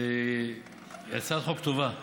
היא הצעת חוק טובה וחשובה,